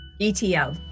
ETL